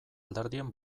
alderdien